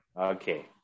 Okay